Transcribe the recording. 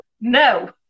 No